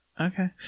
Okay